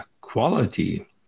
quality